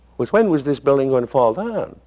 was when was this building going to fall down?